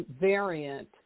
variant